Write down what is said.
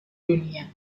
dunia